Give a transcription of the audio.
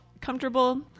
comfortable